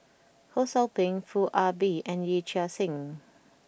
Ho Sou Ping Foo Ah Bee and Yee Chia Hsing